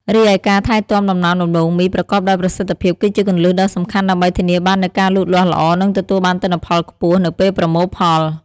រីឯការថែទាំដំណាំដំឡូងមីប្រកបដោយប្រសិទ្ធភាពគឺជាគន្លឹះដ៏សំខាន់ដើម្បីធានាបាននូវការលូតលាស់ល្អ និងទទួលបានទិន្នផលខ្ពស់នៅពេលប្រមូលផល។